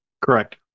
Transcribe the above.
Correct